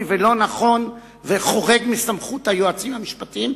ולא נכון וחורג מסמכות היועצים המשפטיים,